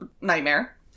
nightmare